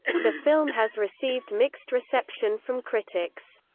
the film has received mixed reception from critics.